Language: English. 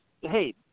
hey